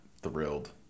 thrilled